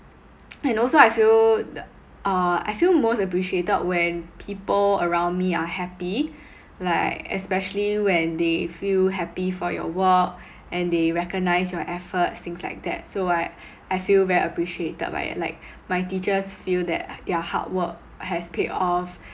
and also I feel th~ uh I feel most appreciated when people around me are happy like especially when they feel happy for your work and they recognise your effort things like that so I I feel very appreciated by like my teachers feel that their hard work has paid off